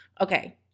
Okay